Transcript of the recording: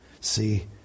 See